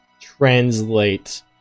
translate